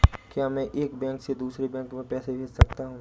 क्या मैं एक बैंक से दूसरे बैंक में पैसे भेज सकता हूँ?